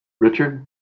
Richard